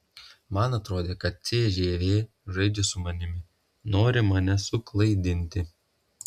man atrodė kad cžv žaidžia su manimi nori mane suklaidinti